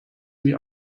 wie